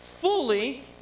fully